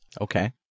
Okay